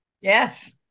Yes